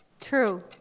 True